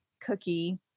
cookie